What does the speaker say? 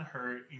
Hurt